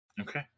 Okay